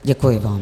Děkuji vám.